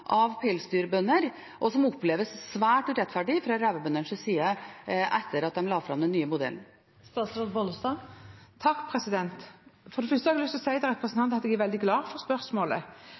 av pelsdyrbønder, og som oppleves svært urettferdig fra revebøndenes side etter at en la fram den nye modellen? For det første har jeg lyst å si til representanten at jeg er veldig glad for spørsmålet,